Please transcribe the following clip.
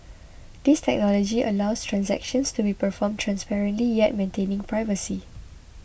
this technology allows transactions to be performed transparently yet maintaining privacy